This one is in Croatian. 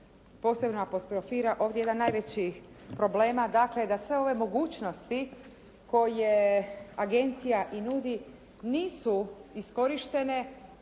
posebno apostrofira ovdje jedan od najvećih problema, dakle da sve ove mogućnosti koje agencija i nudi nisu iskorištene